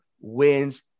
wins